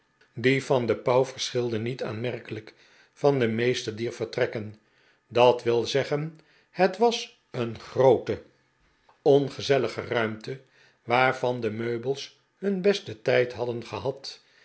die van de pauw verschilde niet aanmerkelijk van de meeste dier vertrekken dat wil zeggen het was een groote ongezellige dickens waarvan de meubeis hun besten tijd hadden gehad